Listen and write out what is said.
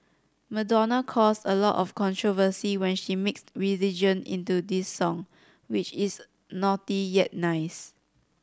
Madonna caused a lot of controversy when she mixed religion into this song which is naughty yet nice